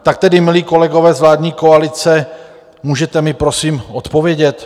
Tak tedy, milí kolegové, z vládní koalice, můžete mi prosím odpovědět?